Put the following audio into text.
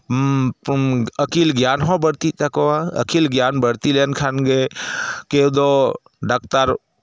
ᱟᱹᱠᱤᱞ ᱜᱮᱭᱟᱢ ᱦᱚᱸ ᱵᱟᱹᱲᱛᱤᱜ ᱛᱟᱠᱚᱣᱟ ᱟᱹᱠᱤᱞ ᱜᱮᱭᱟᱱ ᱵᱟᱹᱲᱛᱤ ᱞᱮᱱᱠᱷᱟᱱ ᱜᱮ ᱠᱮᱣᱳ ᱫᱚ ᱰᱟᱠᱛᱟᱨ